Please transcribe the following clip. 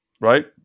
right